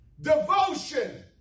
devotion